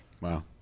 Wow